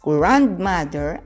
Grandmother